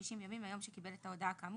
60 ימים מהיום שקיבל את ההודעה כאמור.